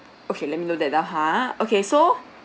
okay let me note that down ha okay so